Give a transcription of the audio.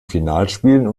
finalspielen